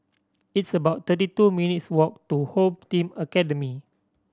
it's about thirty two minutes' walk to Home Team Academy